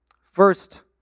first